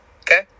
Okay